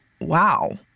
wow